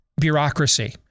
bureaucracy